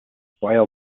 spoil